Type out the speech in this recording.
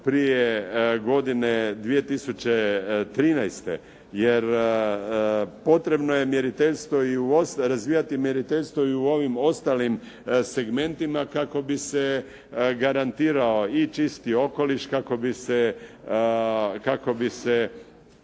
je mjeriteljstvo i u, razvijati mjeriteljstvo i u ovim ostalim segmentima kako bi se garantirao i čisti okoliš, kako bi se,